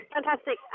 Fantastic